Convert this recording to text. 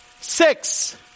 Six